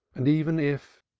and even if,